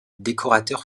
décorateur